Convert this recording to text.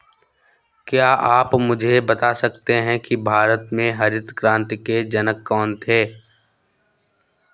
क्या आप मुझे बता सकते हैं कि भारत में हरित क्रांति के जनक कौन थे?